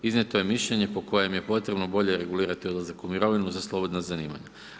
Iznijeto je mišljenje po kojem je potrebno bolje regulirati odlazak u mirovinu za slobodna zanimanja.